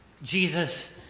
Jesus